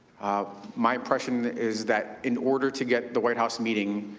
my impression is that in order to get the white house meeting,